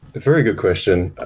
very good question.